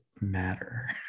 matter